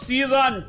Season